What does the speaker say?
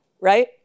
right